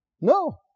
No